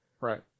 Right